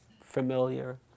familiar